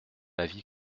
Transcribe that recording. avis